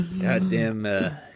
Goddamn